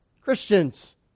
Christians